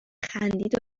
خندید